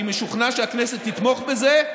אני משוכנע שהכנסת תתמוך בזה,